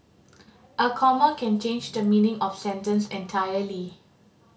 a comma can change the meaning of sentence entirely